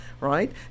right